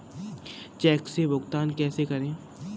Check से भुगतान कैसे करें?